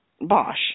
Bosch